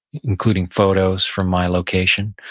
including photos from my location,